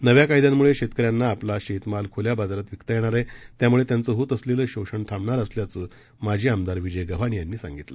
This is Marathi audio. नव्याकायद्यांम्ळेशेतकऱ्यांनाआपलाशेतमालख्ल्याबाजारातविकतायेणारआहे त्यामुळेत्यांचहोतअसलेलंशोषणथांबणारअसल्याचंमाजीआमदारविजयगव्हाणेयांनीसांगितलं